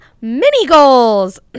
mini-goals